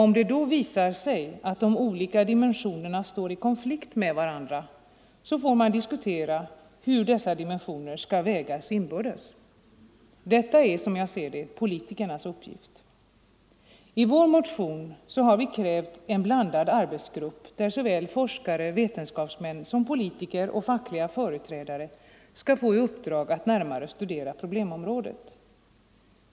Om det då visar sig att de olika dimensionerna står i konflikt med varandra, får man diskutera hur dessa dimensioner skall vägas inbördes. Detta är som jag ser det politikernas uppgift. I vår motion har vi krävt en blandad arbetsgrupp där såväl forskare som vetenskapsmän, politiker och fackliga företrädare skall få i uppdrag att närmare studera problemområdet.